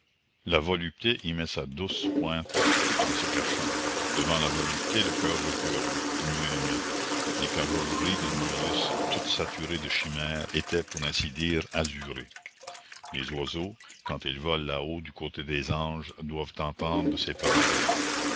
la volupté y met sa douce pointe tout en se cachant devant la volupté le coeur recule pour mieux aimer les cajoleries de marius toutes saturées de chimère étaient pour ainsi dire azurées les oiseaux quand ils volent là-haut du côté des anges doivent entendre de ces paroles là